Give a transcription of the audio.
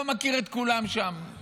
לא מכיר את כולם שם,